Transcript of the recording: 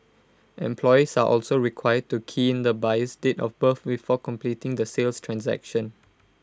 employees are also required to key in the buyer's date of birth before completing the sales transaction